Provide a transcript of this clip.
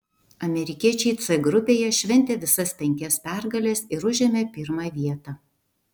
amerikiečiai c grupėje šventė visas penkias pergales ir užėmė pirmą vietą